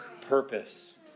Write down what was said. purpose